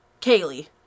Kaylee